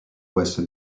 ouest